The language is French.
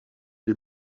les